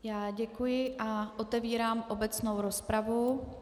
Já děkuji a otevírám obecnou rozpravu.